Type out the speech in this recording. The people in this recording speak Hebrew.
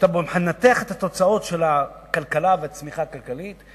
כשאתה מנתח את התוצאות של הכלכלה והצמיחה הכלכלית,